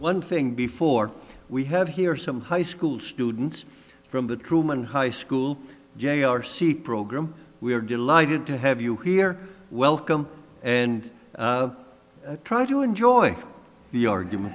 one thing before we have here are some high school students from the truman high school jr c program we are delighted to have you here welcome and try to enjoy the argument